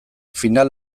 final